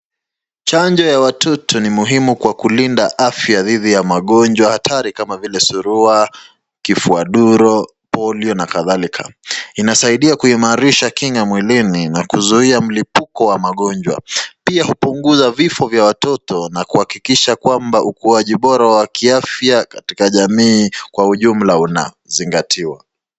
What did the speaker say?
Chanjo ya watoto ni muhimu kwa kulinda afya dhidi ya magonjwa hatari kama vile surua, kifuaduro, polio na kadhalika. Inasidia kuimarisha kinga mwilini na kuzuia mlipuko wa magonjwa. Pia hupunguza vifo vya watoto na kuhakikisha kwamba wa kiafya katika jamii kwa ujumla unazingatiwa.